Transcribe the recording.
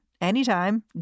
anytime